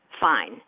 fine